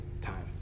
time